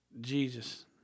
Jesus